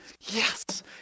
yes